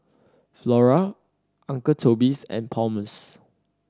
Flora Uncle Toby's and Palmer's